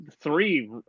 three